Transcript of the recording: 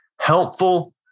helpful